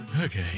Okay